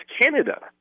Canada